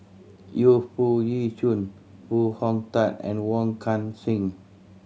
Yu Foo Yee Shoon Foo Hong Tatt and Wong Kan Seng